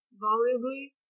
Volubly